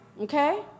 okay